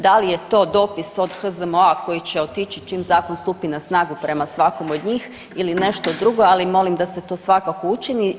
Da li je to dopis od HZMO-a koji će otići čim zakon stupi na snagu prema svakom od njih ili nešto drugo, ali molim da se to svakako učini.